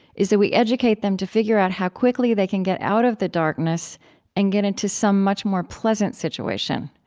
is that we educate them to figure out how quickly they can get out of the darkness and get into some much more pleasant situation,